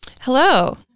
Hello